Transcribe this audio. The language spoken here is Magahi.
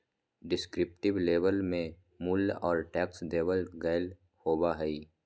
डिस्क्रिप्टिव लेबल में मूल्य और टैक्स देवल गयल होबा हई